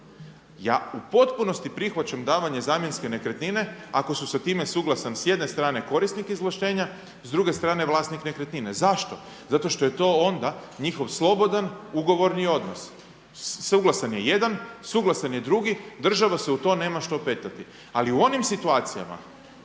Ja u potpunosti prihvaćam davanje zamjenske nekretnine ako su se s time suglasan s jedne strane korisnik izvlaštenja, s druge strane vlasnik nekretnine. Zašto? Zato što je to onda njihov slobodan ugovorni odnos. Suglasan je jedan, suglasan je drugi, država se u to nema što petljati. Ali u onim situacijama